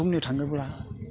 बुंनो थाङोब्ला